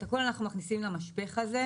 את כל אלה אנחנו מכניסים למשפך הזה.